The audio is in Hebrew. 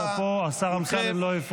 חבר הכנסת בליאק, עמדת פה, השר אמסלם לא הפריע.